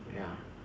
ya